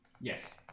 Yes